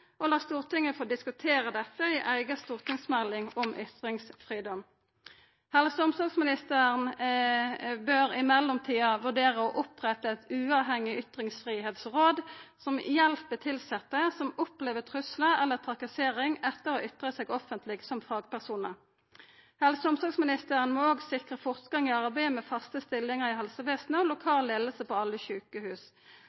og la Stortinget få diskutera dette i ei eiga storingsmelding om ytringsfridom. Helse- og omsorgsministeren bør i mellomtida vurdera å oppretta eit uavhengig ytringsfridomsråd, som hjelper tilsette som opplever truslar eller trakassering etter å ha ytra seg offentleg som fagpersonar. Helse- og omsorgsministeren må òg sikra fortgang i arbeidet med faste stillingar i helsevesenet og